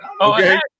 Okay